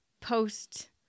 post